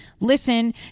Listen